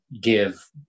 give